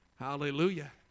Hallelujah